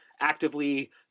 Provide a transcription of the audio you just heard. actively